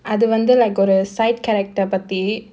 அது வந்து:athu vandhu like ஒரு:oru side character பத்தி:pathi